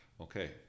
Okay